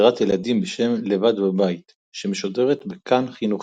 סדרת ילדים בשם "לבד בבית" שמשודרת בכאן חינוכית.